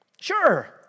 Sure